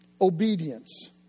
Obedience